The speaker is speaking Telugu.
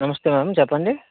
నమస్తే మ్యామ్ చెప్పండి